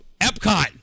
Epcot